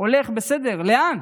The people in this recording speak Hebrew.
הולך, בסדר, אבל לאן?